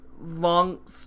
long